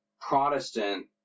protestant